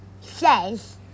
says